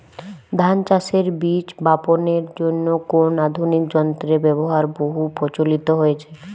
ধান চাষের বীজ বাপনের জন্য কোন আধুনিক যন্ত্রের ব্যাবহার বহু প্রচলিত হয়েছে?